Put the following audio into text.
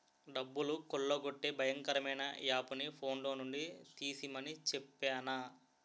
డబ్బులు కొల్లగొట్టే భయంకరమైన యాపుని ఫోన్లో నుండి తీసిమని చెప్పేనా